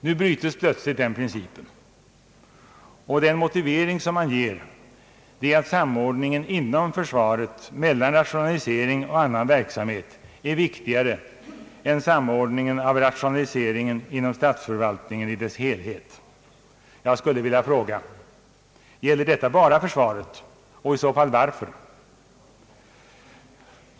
Nu brytes plötsligt den principen. Den motivering som man ger är att samordningen inom försvaret mellan rationalisering och annan verksamhet är viktigare än samordningen av rationaliseringen inom statsförvaltningen i dess helhet. Jag skulle vilja fråga: Gäller detta bara försvaret och i så fall varför?